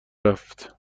رفت